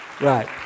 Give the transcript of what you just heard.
Right